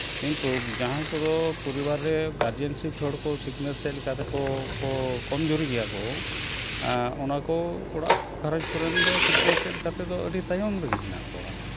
ᱠᱤᱱᱛᱩ ᱡᱟᱦᱟᱸᱭ ᱠᱚᱫᱚ ᱯᱚᱨᱤᱵᱟᱨ ᱨᱮ ᱜᱟᱨᱡᱮᱱ ᱥᱤᱯᱴ ᱦᱚᱲ ᱠᱚ ᱥᱤᱠᱷᱱᱟᱹᱛ ᱥᱮᱫ ᱞᱮᱠᱟ ᱛᱮᱠᱚ ᱠᱚᱢ ᱡᱩᱨᱤ ᱜᱮᱭᱟ ᱠᱚ ᱚᱱᱟ ᱠᱚ ᱚᱲᱟᱜ ᱜᱷᱟᱨᱚᱸᱡᱽ ᱠᱚᱨᱮᱱ ᱫᱚ ᱥᱤᱠᱷᱱᱟᱹᱛ ᱥᱮᱫ ᱞᱮᱠᱟ ᱛᱮᱫᱚ ᱟᱹᱰᱤ ᱛᱟᱭᱚᱢ ᱨᱮᱜᱮ ᱦᱮᱱᱟᱜ ᱠᱚᱣᱟ